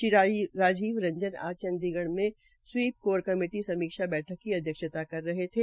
श्री राजीव रंजन आज चंडीगढ़ में SVEEP core committee समीक्षा बैठक की अध्यक्षता कर रहे थे